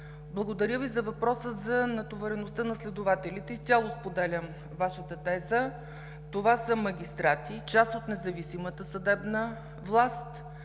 Благодаря Ви за въпроса за натовареността на следователите. Изцяло споделям Вашата теза. Това са магистрати, част от независимата съдебна власт,